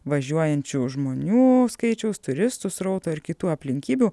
važiuojančių žmonių skaičiaus turistų srauto ir kitų aplinkybių